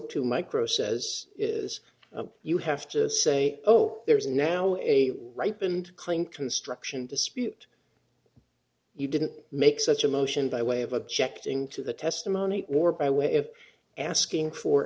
to micro says is you have to say oh there is now a ripe and clean construction dispute you didn't make such a motion by way of objecting to the testimony or by way of asking for